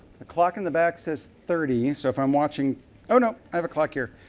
the clock in the back says thirty. so if i'm watching oh, no. i have a clock here.